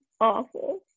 awful